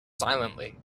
silently